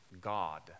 God